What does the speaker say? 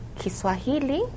kiswahili